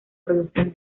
producción